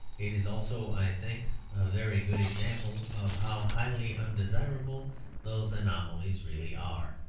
it is also, i think, a very good example of how highly undesirable those anomalies really are.